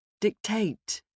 Dictate